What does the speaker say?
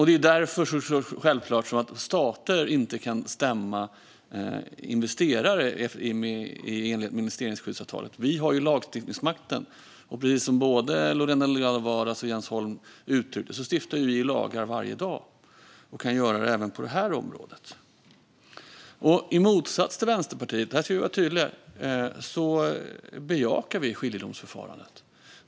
Det är också därför stater självklart inte kan stämma investerare i enlighet med investeringsskyddsavtalet. Vi har ju lagstiftningsmakten. Precis som både Lorena Delgado Varas och Jens Holm sa stiftar vi lagar varje dag och kan göra det även på det här området. I motsats till Vänsterpartiet - här vill jag vara tydlig - bejakar vi skiljedomsförfarandet.